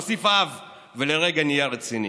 מוסיף האב ולרגע נהיה רציני.